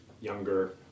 younger